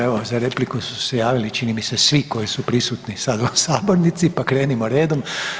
Evo za repliku su se javili čini mi se svi koji su prisutni sada u sabornici pa krenimo redom.